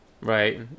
right